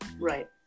Right